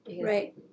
Right